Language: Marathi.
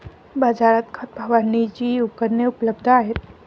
बाजारात खत फवारणीची उपकरणे उपलब्ध आहेत